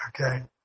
Okay